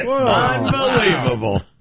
Unbelievable